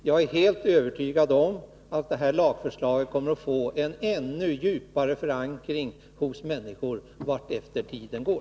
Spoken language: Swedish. Jag är helt övertygad om att detta lagförslag kommer att få en ännu djupare förankring hos människor vartefter tiden går.